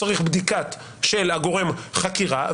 צריך בדיקה של גורם חקירה,